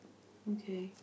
okay